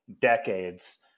decades